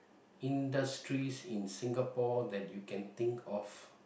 industries in Singapore that you can think of